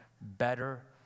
better